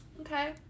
okay